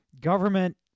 government